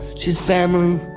she's family,